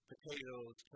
Potatoes